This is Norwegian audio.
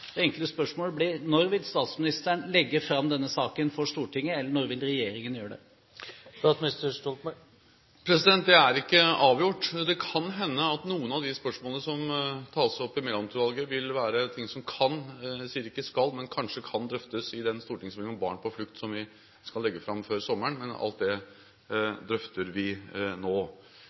Det enkle spørsmålet blir: Når vil statsministeren legge fram denne saken for Stortinget – eller når vil regjeringen gjøre det? Det er ikke avgjort, men det kan hende at noen av de spørsmålene som tas opp i Mæland-utvalget, vil være ting som kanskje kan – jeg sier ikke skal – drøftes i stortingsmeldingen om barn på flukt som vi skal legge fram før sommeren. Alt det drøfter vi nå.